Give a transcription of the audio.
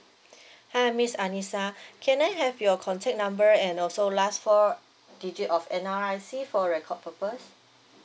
hi miss anisa can I have your contact number and also last four digit of N_R_I_C for record purpose